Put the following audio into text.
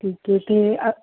ਠੀਕ ਏ ਅਤੇ